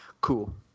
Cool